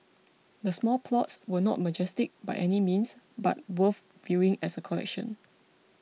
the small plots were not majestic by any means but worth viewing as a collection